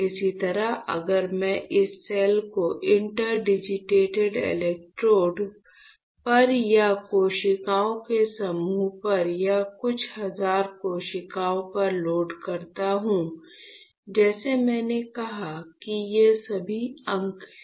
इसी तरह अगर मैं इस सेल को इंटरडिजिटेटेड इलेक्ट्रोड पर या कोशिकाओं के समूह या कुछ हजार कोशिकाओं पर लोड करता हूं जैसे मैंने कहा कि ये सभी अंक हैं